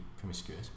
promiscuous